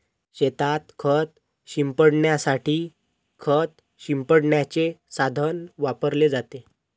शेतात खत शिंपडण्यासाठी खत शिंपडण्याचे साधन वापरले जाते